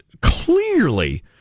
clearly